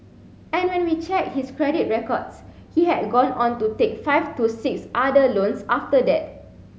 and when we checked his credit records he had gone on to take five to six other loans after that